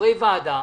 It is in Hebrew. חברי ועדה.